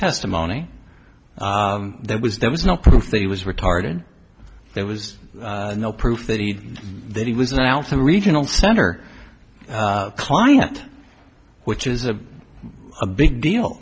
testimony there was there was no proof that he was retarded there was no proof that he did he was now some regional center client which is a a big deal